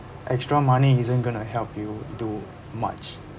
extra money isn't gonna help you do much